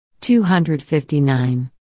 259